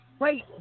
Wait